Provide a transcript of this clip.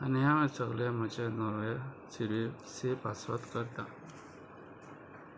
आनी हांवें सगळें म्हज्या नोवे सिरिय सी पासवत करता